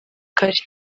kare